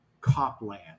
Copland